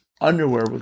underwear